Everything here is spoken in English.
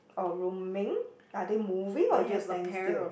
or roaming are they moving or just stand still